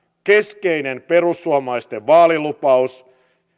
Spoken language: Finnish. keskeinen perussuomalaisten vaalilupaus